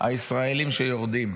הישראלים שיורדים.